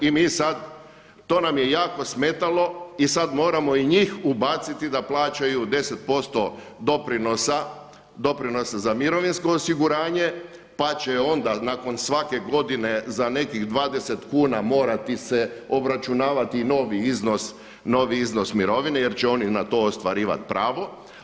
I mi sad, to nam je jako smetalo i sad moramo i njih ubaciti da plaćaju 10% doprinosa za mirovinsko osiguranje, pa će onda nakon svake godine za nekih 20 kuna morati se obračunavati i novi iznos mirovine jer će oni na to ostvarivat pravo.